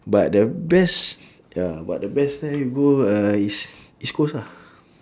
but the best ya but the best then you go uh is east coast ah